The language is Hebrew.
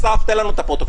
אסף, תן לנו את הפרוטוקול.